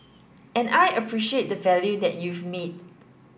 and I appreciate the value that you've made